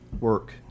work